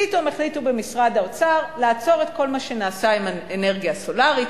פתאום החליטו במשרד האוצר לעצור את כל מה שנעשה עם האנרגיה הסולרית,